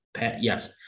yes